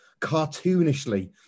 cartoonishly